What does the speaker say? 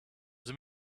they